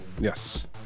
yes